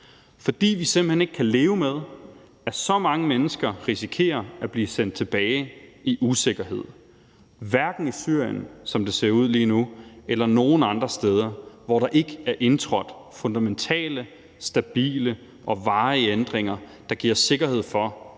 fordi vi simpelt hen ikke kan leve med, at så mange mennesker risikerer at blive sendt tilbage til usikkerhed – hverken i Syrien, som det ser ud lige nu, eller nogen andre steder, hvor der ikke er indtrådt fundamentale, stabile og varige ændringer, der giver sikkerhed for,